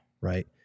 right